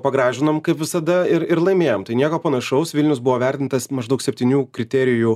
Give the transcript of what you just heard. pagražinom kaip visada ir ir laimėjom tai nieko panašaus vilnius buvo vertintas maždaug septynių kriterijų